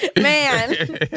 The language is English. man